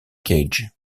cage